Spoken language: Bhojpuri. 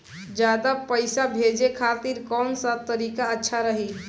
ज्यादा पईसा भेजे खातिर कौन सा तरीका अच्छा रही?